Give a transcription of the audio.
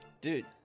Dude